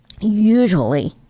usually